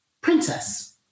Princess